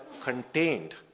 contained